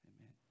Amen